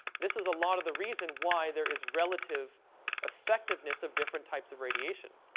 this is a lot of the reason why there is relative effectiveness of different types of radiation.